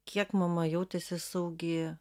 kiek mama jautėsi saugi